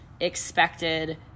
expected